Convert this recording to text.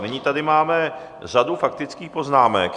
Nyní tady máme řadu faktických poznámek.